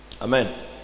Amen